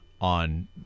on